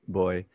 boy